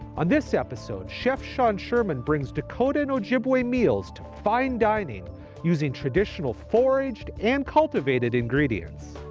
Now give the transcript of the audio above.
on this episode chef sean sherman brings dakotan ojibwe meals to fine dining using traditional foraged and cultivated ingredients.